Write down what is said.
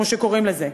כמו שקוראים לזה,